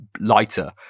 lighter